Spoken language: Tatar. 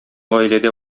гаиләдә